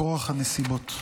מכורח הנסיבות.